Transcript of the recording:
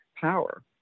power